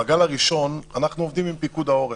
אנחנו עובדים עם פיקוד העורף,